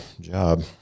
job